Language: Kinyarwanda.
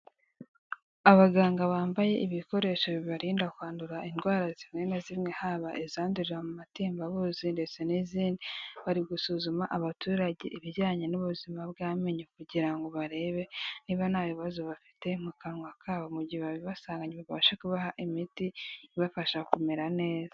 Abaganga bambaye ibikoresho bibarinda kwandura indwara zimwe na zimwe haba izandurira amatembabuzi ndetse n'izindi, bari gusuzuma abaturage ibijyanye n'ubuzima bw'amenyo kugira ngo barebe niba nta bibazo bafite mu kanwa kabo, mu gihe babibasanganye babashe kubaha imiti ibafasha kumera neza.